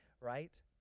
right